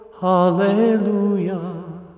Hallelujah